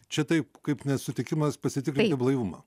čia taip kaip nesutikimas pasitikrinti blaivumą